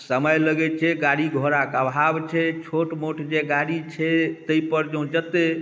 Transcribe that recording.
समय लगै छै गाड़ी घोड़ा के अभाव छै छोट मोट जे गाड़ी छै ताहि पर जँ जेतै